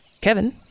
Kevin